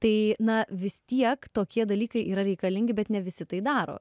tai na vis tiek tokie dalykai yra reikalingi bet ne visi tai daro